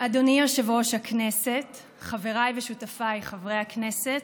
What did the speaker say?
יושב-ראש הכנסת, חבריי ושותפיי חברי הכנסת,